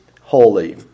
holy